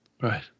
Right